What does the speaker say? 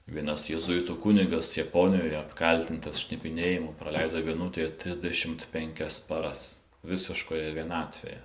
vienas jėzuitų kunigas japonijoje apkaltintas šnipinėjimu praleido vienutėje trisdešimt penkias paras visiškoje vienatvėje